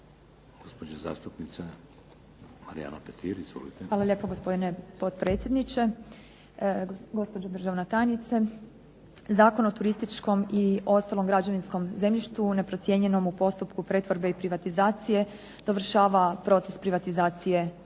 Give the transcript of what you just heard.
Izvolite. **Petir, Marijana (HSS)** Hvala lijepo gospodine potpredsjedniče, gospođo državna tajnice. Zakon o turističkom i ostalom građevinskom zemljištu neprocijenjenom u postupku pretvorbe i privatizacije dovršava procese privatizacije u